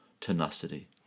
Tenacity